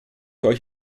euch